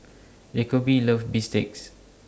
Jacoby loves Bistakes